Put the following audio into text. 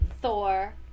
Thor